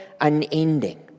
unending